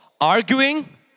arguing